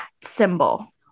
symbol